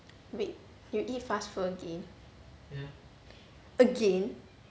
wait you eat fast food again again